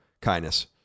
kindness